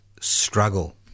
struggle